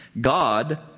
God